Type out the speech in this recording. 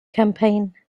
campaign